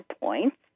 points